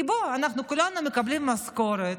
כי בואו, אנחנו כולנו מקבלים משכורת.